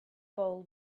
bowl